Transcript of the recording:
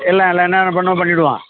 இல்லை எல்லாம் என்னென்ன பண்ணுமோ பண்ணிடுவோம்